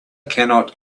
cannot